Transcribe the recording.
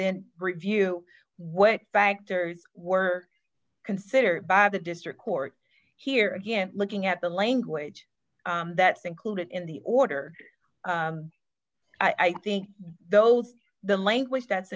then review what factors were considered by the district court here again looking at the language that's included in the order i think those are the language that's